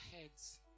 heads